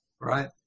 Right